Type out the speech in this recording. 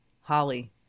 holly